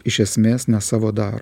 iš esmės ne savo dar